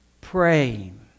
praying